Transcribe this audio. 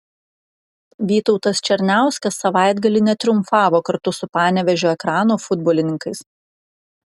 vytautas černiauskas savaitgalį netriumfavo kartu su panevėžio ekrano futbolininkais